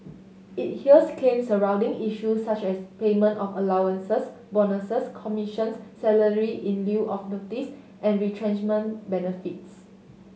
it hears claims surrounding issues such as payment of allowances bonuses commissions salary in lieu of notice and retrenchment benefits